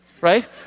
right